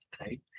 right